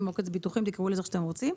שמתעסקים בחוק הגנת הצרכן.